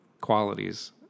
qualities